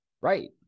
Right